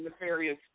nefarious